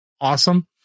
awesome